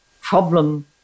problem